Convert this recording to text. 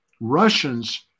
Russians